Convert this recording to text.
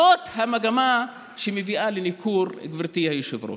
זאת המגמה שמביאה לניכור, גברתי היושבת-ראש.